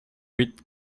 huit